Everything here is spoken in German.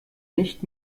nicht